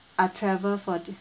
are travel for the